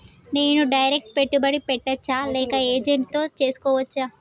నేను డైరెక్ట్ పెట్టుబడి పెట్టచ్చా లేక ఏజెంట్ తో చేస్కోవచ్చా?